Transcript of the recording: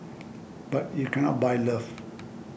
but you cannot buy love